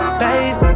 babe